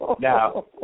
Now